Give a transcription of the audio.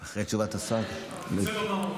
אחרי תשובת השר, בסדר גמור.